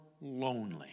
lonely